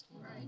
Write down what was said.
Right